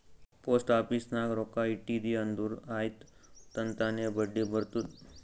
post office ನಾಗ್ ರೊಕ್ಕಾ ಇಟ್ಟಿದಿ ಅಂದುರ್ ಆಯ್ತ್ ತನ್ತಾನೇ ಬಡ್ಡಿ ಬರ್ತುದ್